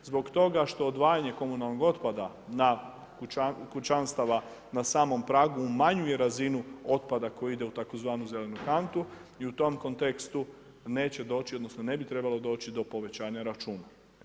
Zbog toga što odvajanje komunalnog otpada kućanstava na samom pragu umanjuje razinu otpada koji ide u tzv. zelenu kantu i u tom kontekstu neće doći odnosno ne bi trebalo doći do povećanja računa.